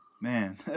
Man